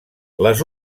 les